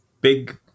big